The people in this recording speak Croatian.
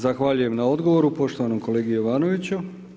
Zahvaljujem na odgovoru, poštovanom kolegi Jovanoviću.